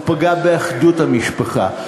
הוא פגע באחדות המשפחה,